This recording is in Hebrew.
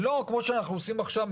ולא כמו שאנחנו עושים עכשיו,